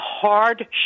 hard